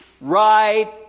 right